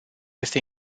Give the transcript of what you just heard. este